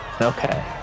okay